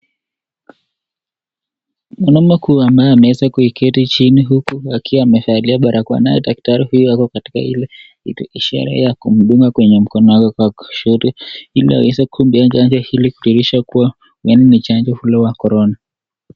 Mwanaume uyu ambaye ameweza kuiketi chini uku akiwa amevalia barakoa .Nae daktari huyu ako katika hili ishara ya kumdunga kwenye mkono wake wa kushoto ili aweze kumpea chanjo kudhihirisha kua Yani ni chanjo ya korona.